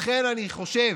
לכן אני חושב,